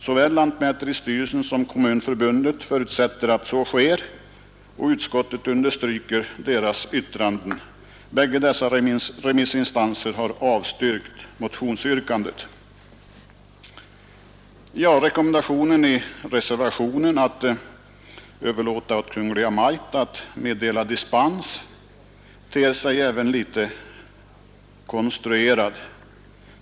Såväl lantmäteristyrelsen som Kommunförbundet förutsätter att så sker, och utskottet understryker deras yttranden. Bägge dessa remissinstanser har avstyrkt motionsyrkandet. Rekommendationen i reservationen att det skulle överlåtas åt Kungl. Maj:t att meddela dispens ter sig även litet konstruerad.